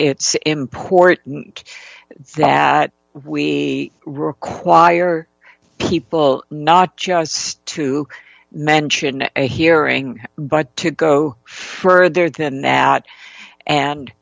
it's important that we require people not just to mention a hearing but to go further than out and